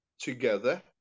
together